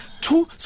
two